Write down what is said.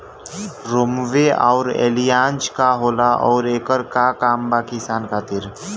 रोम्वे आउर एलियान्ज का होला आउरएकर का काम बा किसान खातिर?